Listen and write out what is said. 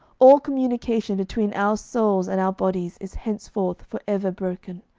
all communication between our souls and our bodies is henceforth for ever broken.